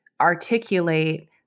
articulate